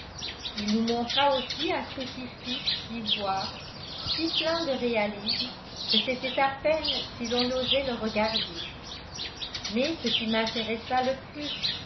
il nous montra aussi un crucifix d'ivoire si plein de réalisme que c'était à peine si l'on osait le regarder mais ce qui m'intéressa le plus